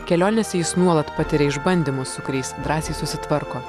kelionėse jis nuolat patiria išbandymus su kuriais drąsiai susitvarko